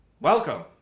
welcome